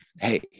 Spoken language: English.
hey